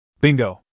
Bingo